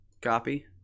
copy